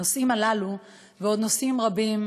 הנושאים הללו ועוד נושאים רבים: